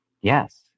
Yes